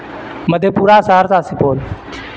مدھیہ پورا سہرسہ سپول